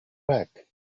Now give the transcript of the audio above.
rack